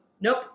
nope